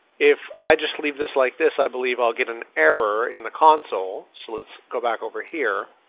if i just leave this like this i believe i'll get an error in the console. so let's go back over here.